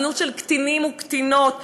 זנות של קטינים וקטינות,